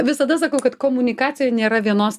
visada sakau kad komunikacijoj nėra vienos